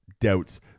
doubts